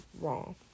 wrong